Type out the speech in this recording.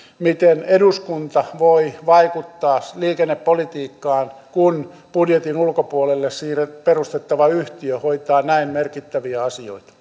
miten eduskunta voi vaikuttaa liikennepolitiikkaan kun budjetin ulkopuolelle perustettava yhtiö hoitaa näin merkittäviä asioita